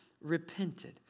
repented